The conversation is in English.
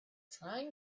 trying